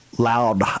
loud